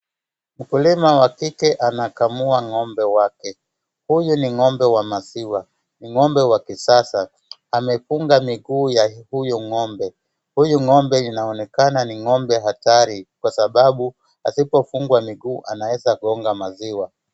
Mkulima wa kike anakamua ng'ombe wake, huyu ni ng'ombe wa maziwa, ni ng'ombe wa kisasa, amefunga miguu ya huyo ng'ombe, huyu ng'ombe inaonekana ni ng'ombe hatari kwa sababu asipofungwa miguu anaweza gonga maziwa.